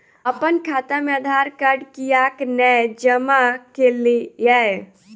अप्पन खाता मे आधारकार्ड कियाक नै जमा केलियै?